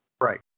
Right